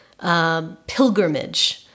pilgrimage